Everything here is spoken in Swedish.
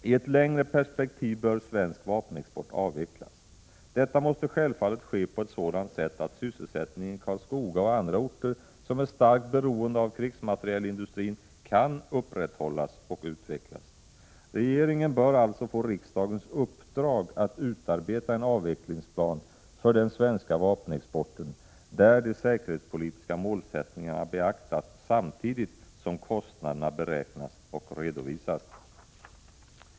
I ett längre perspektiv bör svensk vapenexport avvecklas. Detta måste självfallet ske på ett sådant sätt att sysselsättningen i Karlskoga och andra orter som är starkt beroende av krigsmaterielindustrin kan upprätthållas och utvecklas. Regeringen bör alltså få riksdagens uppdrag att utarbeta en avvecklingsplan för den svenska vapenexporten, där de säkerhetspolitiska målsättningarna beaktas samtidigt som kostnaderna beräknas och redovisas.